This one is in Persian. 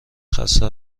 خسته